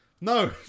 No